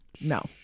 No